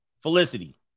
Felicity